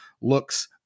looks